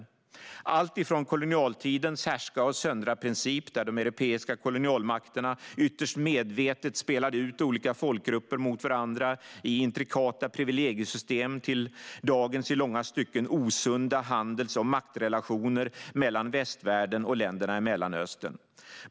Det gäller alltifrån kolonialtidens härska-och-söndra-princip, där de europeiska kolonialmakterna ytterst medvetet spelade ut olika folkgrupper mot varandra i intrikata privilegiesystem, till dagens i långa stycken osunda handels och maktrelationer mellan västvärlden och länderna i Mellanöstern.